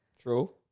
True